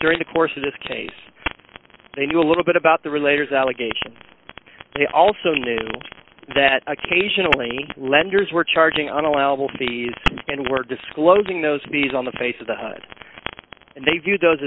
during the course of this case they knew a little bit about the related allegations they also knew that occasionally lenders were charging on allowable fees and were disclosing those fees on the face of the they viewed those